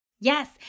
Yes